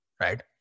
right